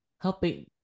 helping